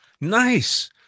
Nice